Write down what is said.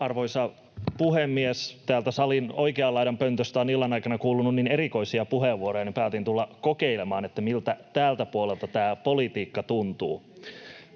Arvoisa puhemies! Täältä salin oikean laidan pöntöstä on illan aikana kuulunut niin erikoisia puheenvuoroja, että päätin tulla kokeilemaan, miltä täältä puolelta tämä politiikka tuntuu.